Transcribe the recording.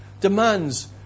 demands